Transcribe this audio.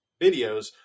videos